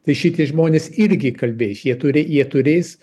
tai šitie žmonės irgi kalbės jie turi jie turės